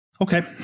Okay